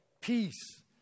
peace